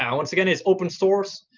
um once again, it's open-source.